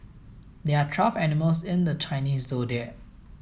there are twelve animals in the Chinese Zodiac